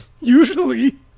usually